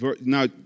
Now